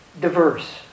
diverse